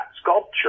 sculpture